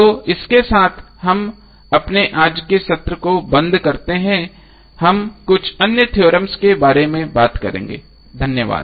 तो इसके साथ हम अपने आज के सत्र को बंद करते हैं हम कुछ अन्य थ्योरमों के बारे में बात करेंगे धन्यवाद